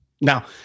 Now